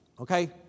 okay